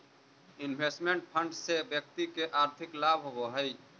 investment fund से व्यक्ति के आर्थिक लाभ होवऽ हई